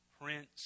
Prince